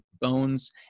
bones